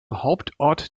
hauptort